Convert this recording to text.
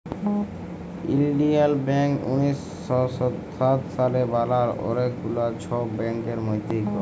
ইলডিয়াল ব্যাংক উনিশ শ সাত সালে বালাল অলেক গুলা ছব ব্যাংকের মধ্যে ইকট